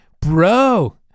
Bro